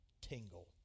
tingle